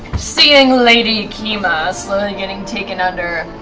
seeing lady kima slowly getting taken under,